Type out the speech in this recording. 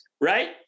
right